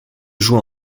joue